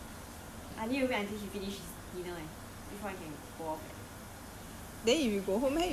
okay if I stay for dinner here then I need to wait until he finish his dinner eh before I can go off eh